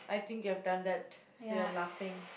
I think you have done that so you're laughing